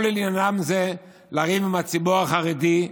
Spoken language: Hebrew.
כל עניינם זה לריב עם הציבור החרדי,